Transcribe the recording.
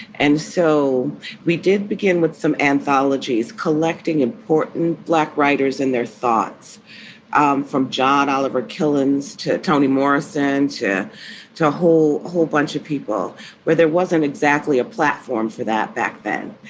and so we did begin with some anthologies collecting important black writers and their thoughts um from john oliver killens to toni morrison to to a whole whole bunch of people where there wasn't exactly a platform for that back then.